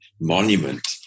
Monument